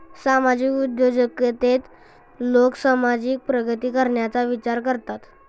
सामाजिक उद्योजकतेत लोक समाजाची प्रगती करण्याचा विचार करतात